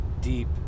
deep